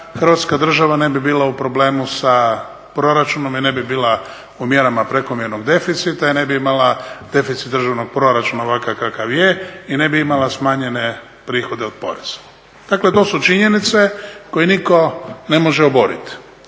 Hrvatska država ne bi bila u problemu sa proračunom i ne bi bila u mjerama prekomjernog deficita i ne bi imala deficit državnog proračuna ovakav kakav je i ne bi imala smanjene prihode od poreza. Dakle to su činjenice koje nitko ne može oborit.